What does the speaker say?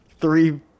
three